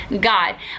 God